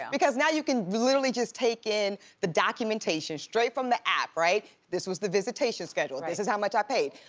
because now you can literally just take in the documentation straight from the app right? this was the visitation schedule, and this is how much i paid,